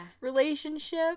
relationship